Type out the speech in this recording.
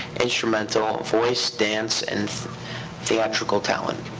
instrumental, voice, dance, and theatrical talent.